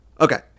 Okay